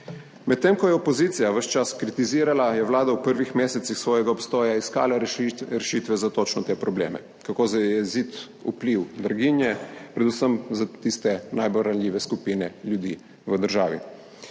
Medtem ko je opozicija ves čas kritizirala, je vlada v prvih mesecih svojega obstoja iskala rešitve za točno te probleme, kako zajeziti vpliv blaginje, predvsem za tiste najbolj ranljive skupine ljudi v državi.